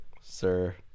Sir